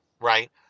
right